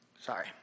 Sorry